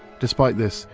despite this,